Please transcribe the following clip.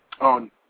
on